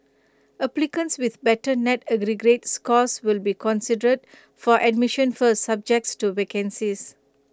applicants with better net aggregate scores will be considered for admission first subject to vacancies